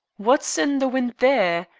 what's in the wind there?